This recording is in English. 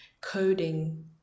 coding